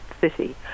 city